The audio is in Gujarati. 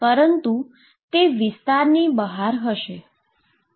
પરંતુ તે વિસ્તારની બહાર હશે